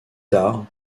tard